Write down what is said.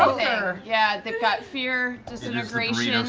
yeah, they've got fear, disintegration